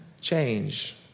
change